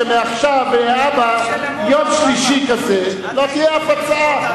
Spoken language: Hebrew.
שמעכשיו ולהבא, יום שלישי כזה, לא תהיה אף הצעה.